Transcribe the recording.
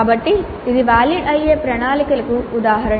కాబట్టి ఇది వాలిడ్ అయ్యే ప్రణాళికకు ఉదాహరణ